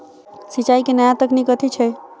सिंचाई केँ नया तकनीक कथी छै?